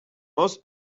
most